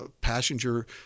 passenger